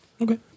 Okay